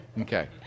Okay